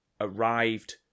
arrived